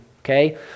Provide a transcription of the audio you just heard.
okay